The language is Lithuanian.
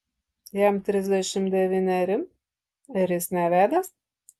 jam trisdešimt devyneri ir jis nevedęs